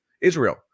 Israel